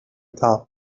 top